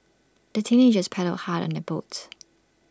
the teenagers paddled hard on their boat